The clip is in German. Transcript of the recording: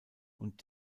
und